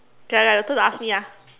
okay ah ya your turn to ask me ah